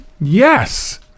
Yes